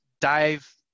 dive